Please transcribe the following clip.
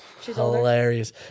Hilarious